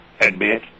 admit